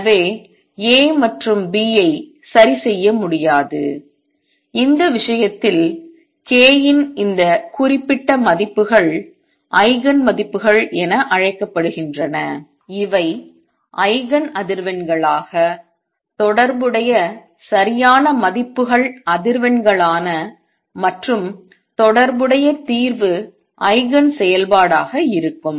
எனவே A மற்றும் B ஐ சரிசெய்ய முடியாது இந்த விஷயத்தில் k இன் இந்த குறிப்பிட்ட மதிப்புகள் ஐகன் மதிப்புகள் என அழைக்கப்படுகின்றன இவை ஐகன் அதிர்வெண்களாக தொடர்புடைய சரியான மதிப்புகள் அதிர்வெண்களான மற்றும் தொடர்புடைய தீர்வு ஐகன் செயல்பாடாக இருக்கும்